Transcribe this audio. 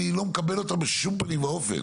אני לא מקבל אותה בשום פנים אופן.